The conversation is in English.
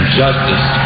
justice